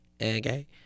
okay